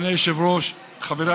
אם אתם נגד רצח חפים